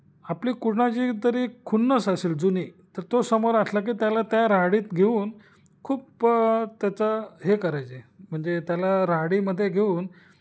आपली कुणाची तरी खुन्नस असेल जुनी तर तो समोर असला की त्याला त्या राहाडीत घेऊन खूप त्याचं हे करायचे म्हणजे त्याला राहाडीमध्ये घेऊन